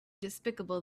despicable